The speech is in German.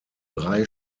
drei